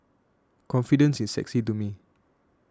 confidence is sexy to me